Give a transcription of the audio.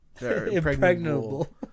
Impregnable